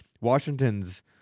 Washington's